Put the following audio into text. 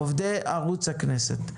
עובדי ערוץ הכנסת,